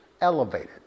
elevated